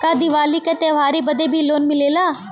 का दिवाली का त्योहारी बदे भी लोन मिलेला?